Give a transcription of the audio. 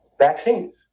vaccines